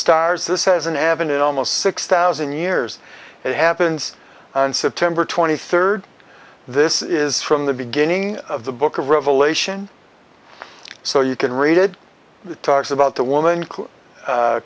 stars this has an avenue in almost six thousand years it happens on september twenty third this is from the beginning of the book of revelation so you can read it the talks about the woman